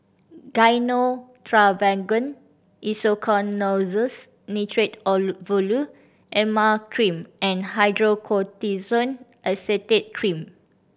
Gyno Travogen Isoconazoles Nitrate Ovule Emla Cream and Hydrocortisone Acetate Cream